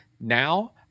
Now